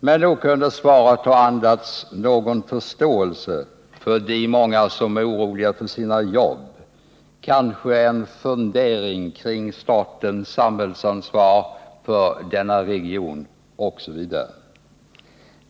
Men nog kunde svaret ha andats någon förståelse för de många som är oroliga för sina jobb, kanske en fundering kring statens samhällsansvar för denna region osv.